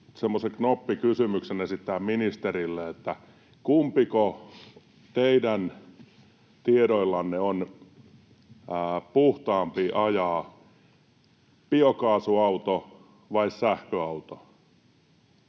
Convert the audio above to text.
knoppikysymyksen esittää ministerille: kumpiko teidän tiedoillanne on puhtaampi ajaa: biokaasuauto vai sähköauto?